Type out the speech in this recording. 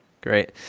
great